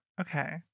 Okay